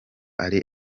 ari